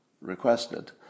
requested